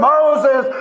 Moses